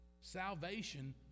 Salvation